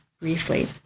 briefly